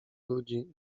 ludzi